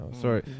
sorry